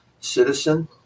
citizen